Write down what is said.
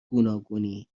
گوناگونی